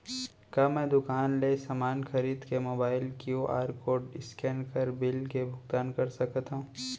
का मैं दुकान ले समान खरीद के मोबाइल क्यू.आर कोड स्कैन कर बिल के भुगतान कर सकथव?